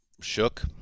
Shook